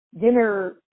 dinner